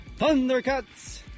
Thundercats